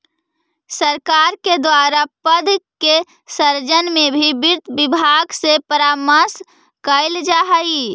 सरकार के द्वारा पद के सृजन में भी वित्त विभाग से परामर्श कैल जा हइ